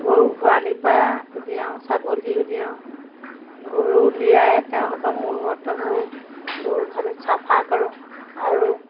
গৰু গোহালিৰপৰা উলিয়াওঁ ছাগলী উলিয়াওঁ গৰু উলিয়াই তেওঁলোকৰ মলমূত্ৰবোৰ গৰু গোহালিত চাফা কৰোঁ আৰু